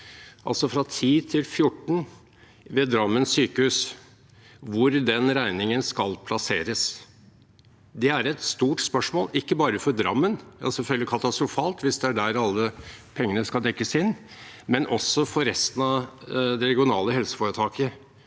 til 14 mrd. kr – ved Drammen sykehus skal plasseres. Det er et stort spørsmål ikke bare for Drammen – det er selvfølgelig katastrofalt hvis det er der alle pengene skal dekkes inn – men også for resten av det regionale helseforetaket,